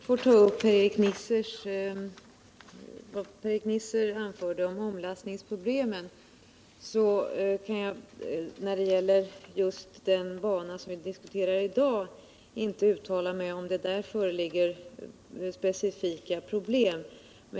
Herr talman! Per-Erik Nisser tog upp omlastningsproblemen, men när det gäller just den bana som vi diskuterar i dag kan jag inte uttala mig om huruvida det där föreligger specifika problem.